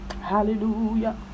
Hallelujah